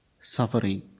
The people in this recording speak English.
suffering